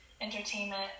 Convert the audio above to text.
entertainment